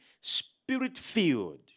spirit-filled